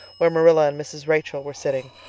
where marilla and mrs. rachel were sitting,